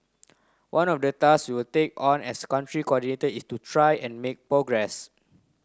one of the task we'll take on as Country Coordinator is to try and make progress